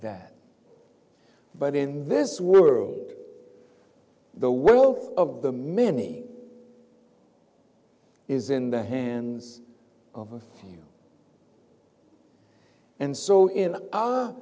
that but in this world the wealth of the many is in the hands of a few and so in